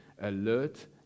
alert